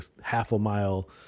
half-a-mile